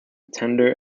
tender